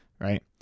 right